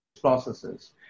processes